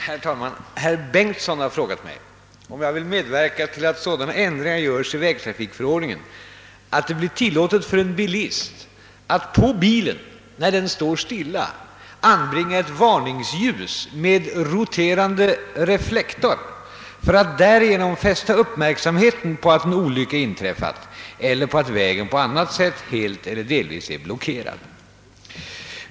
Herr talman! Herr Bengtson i Solna har frågat mig om jag vill medverka till att sådana ändringar görs i vägtrafikförordningen att det blir tillåtet för en bilist att på bilen, när den står stilla, anbringa ett varningsljus med roterande reflektor för att därigenom fästa uppmärksamheten på att en olycka inträffat eller på att vägen på annat sätt helt eller delvis är blockerad.